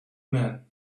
men